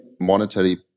monetary